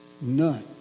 None